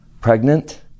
pregnant